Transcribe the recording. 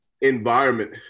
environment